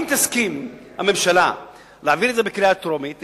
אם תסכים הממשלה להעביר את זה בקריאה טרומית,